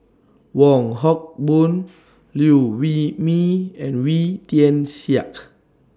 Wong Hock Boon Liew Wee Mee and Wee Tian Siak